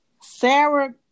Sarah